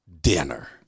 dinner